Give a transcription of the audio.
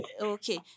Okay